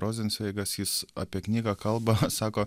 rozencveigas jis apie knygą kalba sako